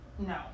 No